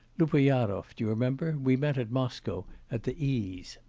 lupoyarov, do you remember, we met at moscow at the e